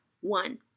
one